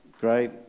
Great